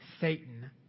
Satan